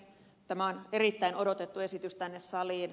tämä on erittäin odotettu esitys tänne saliin